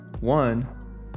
one